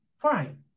fine